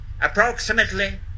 Approximately